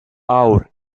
haur